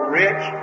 rich